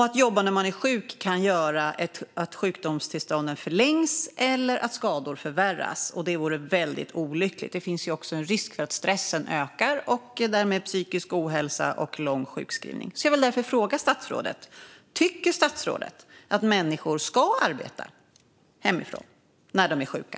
Att jobba när man är sjuk kan göra att sjukdomstillståndet förlängs eller att skador förvärras, och det vore väldigt olyckligt. Det finns också en risk för att stressen ökar och därmed psykisk ohälsa och lång sjukskrivning. Jag vill därför fråga statsrådet: Tycker statsrådet att människor ska arbeta hemifrån när de är sjuka?